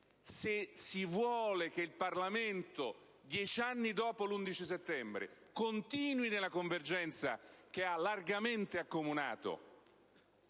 Se si vuole che il Parlamento, dieci anni dopo l'11 settembre, continui nella convergenza che ha largamente accomunato